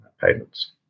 payments